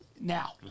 Now